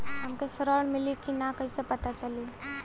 हमके ऋण मिली कि ना कैसे पता चली?